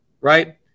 right